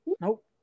Nope